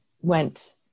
went